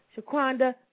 Shaquanda